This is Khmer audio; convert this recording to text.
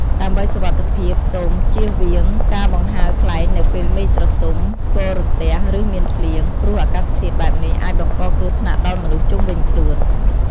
ដើម្បីសុវត្ថិភាព សូម ជៀសវាងការបង្ហើរខ្លែង នៅពេលមេឃស្រទំ ផ្គររន្ទះ ឬមានភ្លៀង ព្រោះអាកាសធាតុបែបនេះអាចបង្កគ្រោះថ្នាក់ដល់មនុស្សជុំវិញខ្លួន។